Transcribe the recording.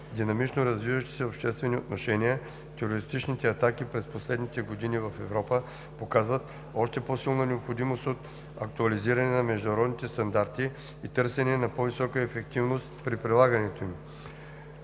Динамично развиващите се обществени отношения, терористичните атаки през последните години в Европа показват още по-силна необходимост от актуализиране на международните стандарти и търсене на по-висока ефективност при прилагането им.